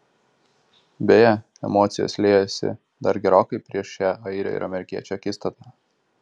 beje emocijos liejosi dar gerokai prieš šią airio ir amerikiečio akistatą